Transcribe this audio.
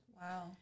Wow